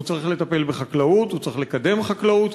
הוא צריך לטפל בחקלאות, הוא צריך לקדם חקלאות.